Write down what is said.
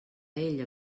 ell